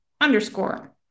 underscore